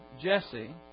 Jesse